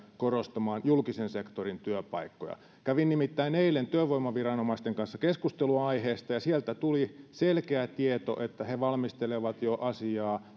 korostamaan julkisen sektorin työpaikkoja kävin nimittäin eilen työvoimaviranomaisten kanssa keskustelua aiheesta ja sieltä tuli selkeä tieto että he valmistelevat jo asiaa